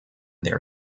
their